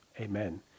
amen